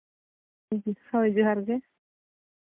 ᱦᱳᱭ ᱡᱚᱦᱟᱨ ᱜᱮ